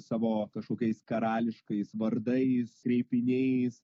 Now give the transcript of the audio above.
savo kažkokiais karališkais vardais kreipiniais